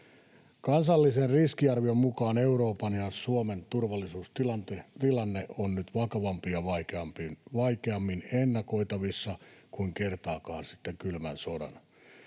Kansallisen riskiarvion mukaan Euroopan ja Suomen turvallisuustilanne on nyt vakavampi ja vaikeammin ennakoitavissa kuin kertaakaan sitten kylmän sodan.